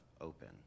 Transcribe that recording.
open